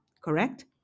correct